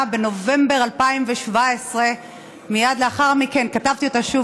בנובמבר 2017. מייד לאחר מכן כתבתי אותה שוב.